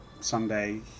someday